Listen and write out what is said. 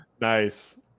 Nice